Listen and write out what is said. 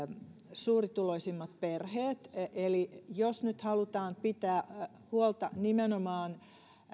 suurituloisimmat perheet eli jos nyt halutaan pitää huolta nimenomaan